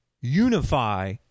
unify